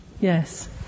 Yes